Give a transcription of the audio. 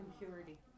impurity